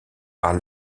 par